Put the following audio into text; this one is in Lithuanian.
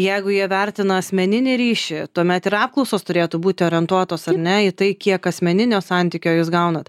jeigu jie vertina asmeninį ryšį tuomet ir apklausos turėtų būti orientuotos ar ne į tai kiek asmeninio santykio jūs gaunat